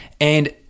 and-